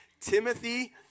Timothy